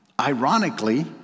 Ironically